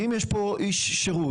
אם יש פה איש שירות,